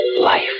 life